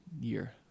year